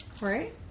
Right